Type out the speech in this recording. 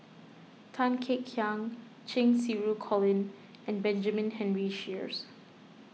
Tan Kek Hiang Cheng Xinru Colin and Benjamin Henry Sheares